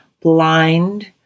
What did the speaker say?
blind